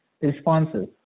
responses